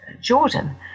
Jordan